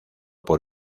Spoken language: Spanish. por